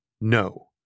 no